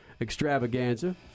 extravaganza